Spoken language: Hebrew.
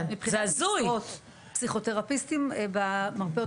מבחינת משרות: פסיכותרפיסטים במרפאות